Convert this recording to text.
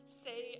say